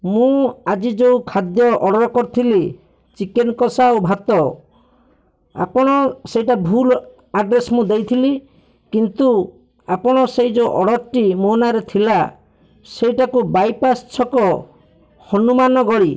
ମୁଁ ଆଜି ଯୋଉ ଖାଦ୍ୟ ଅର୍ଡ଼ର୍ କରିଥିଲି ଚିକେନ୍ କସା ଆଉ ଭାତ ଆପଣ ସେଟା ଭୁଲ୍ ଆଡ଼୍ରେସ୍ ମୁଁ ଦେଇଥିଲି କିନ୍ତୁ ଆପଣ ସେଇ ଯୋଉ ଅର୍ଡ଼ର୍ ଟି ମୋ ନାଁ'ରେ ଥିଲା ସେଇଟାକୁ ବାଇପାସ୍ ଛକ ହନୁମାନ ଗଳି